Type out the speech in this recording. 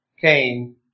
came